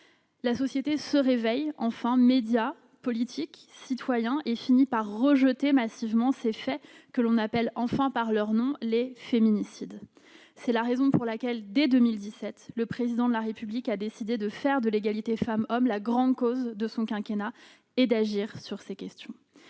La société se réveille enfin- médias, politiques, citoyens -et finit par rejeter massivement ces faits que l'on appelle désormais par leur nom : les féminicides. C'est la raison pour laquelle, dès 2017, le Président de la République a décidé de faire de l'égalité femmes-hommes la grande cause de son quinquennat et d'agir sur ces questions.